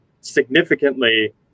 significantly